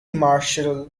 marshall